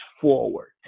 forward